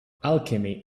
alchemy